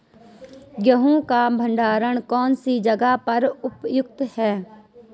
गेहूँ का भंडारण कौन सी जगह पर उपयुक्त है?